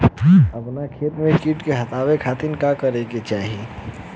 अपना खेत से कीट के हतावे खातिर का करे के चाही?